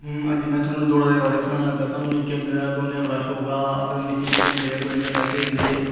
अज्ज में थुहानू दौड़ा दे बारे च सनान लगां स्हानू निक्के होंदे दौड़ने दा बडा शौकं हा अ निक्की निक्के होंदे गुल्ली डडां खेलदे है